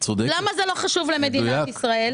למה זה לא חשוב למדינת ישראל.